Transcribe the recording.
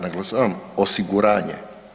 Naglašavam osiguranje.